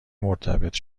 مرتبط